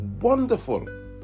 wonderful